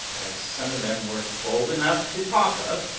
as some of them were bold enough to talk of,